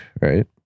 right